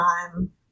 time